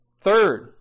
Third